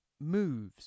moves